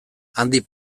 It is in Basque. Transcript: handik